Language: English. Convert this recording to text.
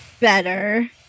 better